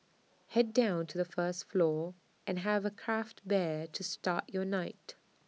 Head down to the first floor and have A craft bear to start your night